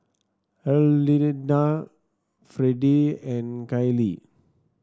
Herlinda Freddie and Caylee